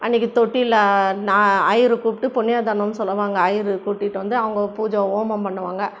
அன்றைக்கி தொட்டியில நா ஐயரை கூப்பிட்டு புண்ணியதானம்னு சொல்லுவாங்கள் ஐயர் கூட்டிட்டு வந்து அவங்க பூஜை ஹோமம் பண்ணுவாங்கள்